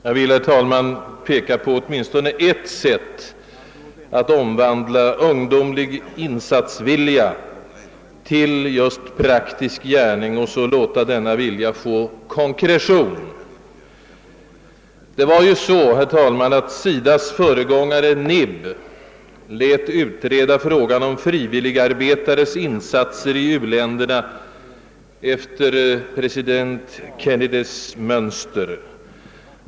Jag vill här peka på åtminstone ett sätt att omvandla ungdomlig vilja till insatser i just praktisk gärning och därmed låta denna vilja få konkretion. Som bekant lät SIDA:s föregångare NIB utreda frågan om insatser av frivilligarbetare i u-länderna efter president Kennedys mönster.